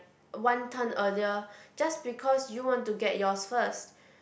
one turn earlier just because you want to get yours first